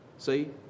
See